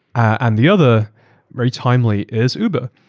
and the other very timely is uber,